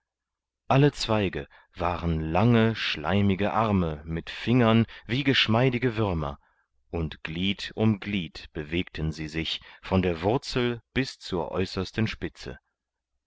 alle zweige waren lange schleimige arme mit fingern wie geschmeidige würmer und glied um glied bewegten sie sich von der wurzel bis zur äußersten spitze